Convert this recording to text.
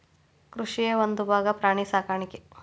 ಕೃಷಿಯ ಒಂದುಭಾಗಾ ಪ್ರಾಣಿ ಸಾಕಾಣಿಕೆ